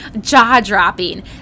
Jaw-dropping